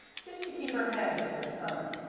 just to keep her hand in for the summer.